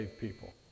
people